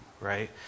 right